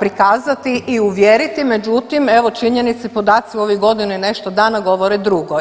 prikazati i uvjeriti, međutim evo činjenice i podaci u ovih godinu i nešto dana govore drugo.